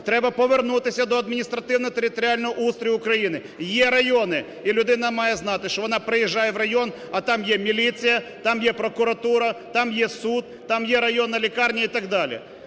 Треба повернутися до адміністративно-територіального устрою України. Є райони і людина має знати, що вона приїжджає в район, а там є міліція, там є прокуратура, там є суд, там є районна лікарня і так далі.